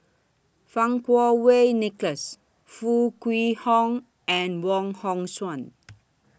Fang Kuo Wei Nicholas Foo Kwee Horng and Wong Hong Suen